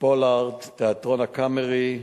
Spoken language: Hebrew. "פולארד" בתיאטרון "הקאמרי",